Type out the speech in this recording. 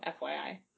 FYI